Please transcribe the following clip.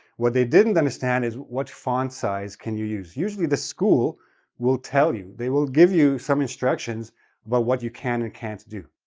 what they didn't understand is what font size can you use? usually the school will tell you, they will give you some instructions about but what you can and can't do,